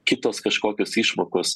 kitos kažkokios išmokos